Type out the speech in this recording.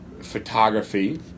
photography